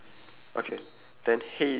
learn how to bet you don't have right